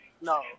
No